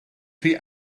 rhy